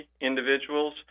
individuals